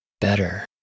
better